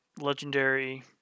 legendary